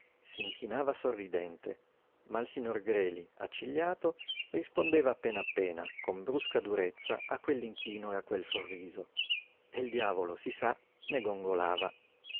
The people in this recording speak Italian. diavolo s'inchinava sorridente ma il signor greli accigliato rispondeva appena appena con brusca durezza a quell'inchino e a quel sorriso e il diavolo si sa ne gongolava ora